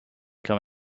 come